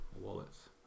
wallets